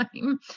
time